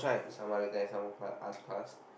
is some other guy some arts class